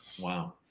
Wow